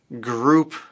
group